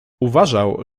uważał